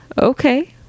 Okay